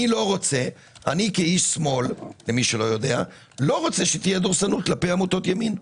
אני כאיש שמאל לא רוצה שתהיה דורסנות כלפי עמותות ימין.